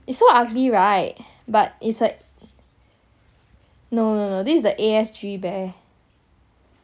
it's so ugly [right] but is like no this is the A_S_G bear